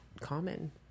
common